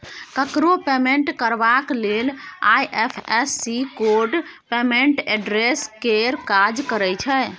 ककरो पेमेंट करबाक लेल आइ.एफ.एस.सी कोड पेमेंट एड्रेस केर काज करय छै